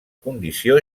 condició